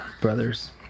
brothers